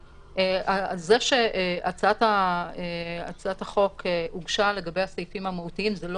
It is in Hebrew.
זה שהצעת החוק הוגשה לגבי הסעיפים המהותיים זה לא